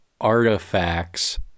artifacts